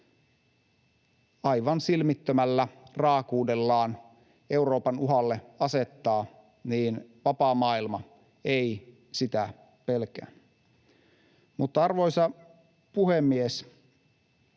aivan silmittömällä raakuudellaan Euroopalle asettaa, vapaa maailma ei pelkää. Arvoisa puhemies!